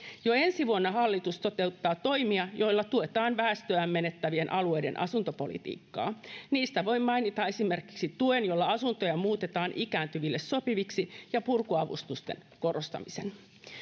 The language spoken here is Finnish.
jo ensi vuonna hallitus toteuttaa toimia joilla tuetaan väestöään menettävien alueiden asuntopolitiikkaa niistä voi mainita esimerkiksi tuen jolla asuntoja muutetaan ikääntyville sopiviksi ja purkuavustusten korottamisen